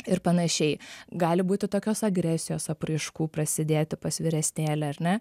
ir panašiai gali būti tokios agresijos apraiškų prasidėti pas vyresnėlį ar ne